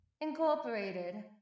Incorporated